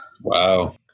Wow